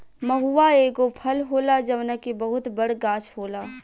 महुवा एगो फल होला जवना के बहुते बड़ गाछ होला